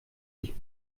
sich